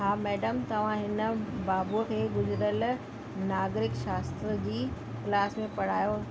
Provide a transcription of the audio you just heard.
हा मैडम तव्हां हिन बाबूअ खे गुज़िरियल नागरिक शास्त्र जी क्लास में पढ़ायो